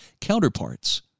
counterparts